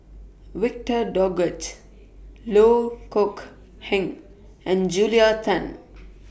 Victor Doggett Loh Kok Heng and Julia Tan